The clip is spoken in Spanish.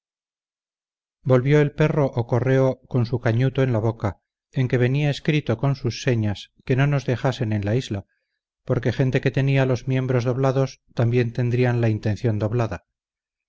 volvió el perro o correo con su cañuto en la boca en que venía escrito con sus señas que no nos dejasen en la isla porque gente que tenía los miembros doblados también tendrían la intención doblada